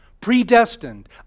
predestined